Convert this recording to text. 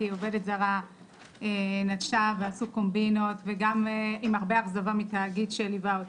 כי עובדת זרה נטשה ועשו קומבינות וגם עם הרבה אכזבה מתאגיד שליווה אותי.